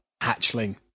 Hatchling